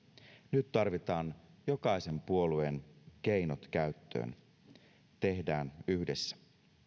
nyt tarvitaan jokaisen puolueen keinot käyttöön tehdään yhdessä